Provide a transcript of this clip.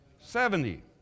Seventy